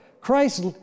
Christ